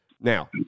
Now